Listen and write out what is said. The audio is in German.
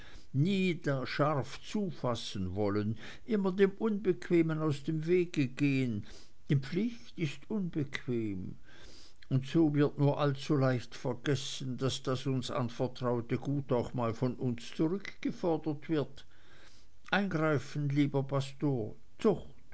scharf zufassen wollen immer dem unbequemen aus dem wege gehen denn pflicht ist unbequem und so wird nur allzuleicht vergessen daß das uns anvertraute gut auch mal von uns zurückgefordert wird eingreifen lieber pastor